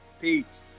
Peace